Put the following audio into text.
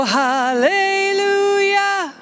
hallelujah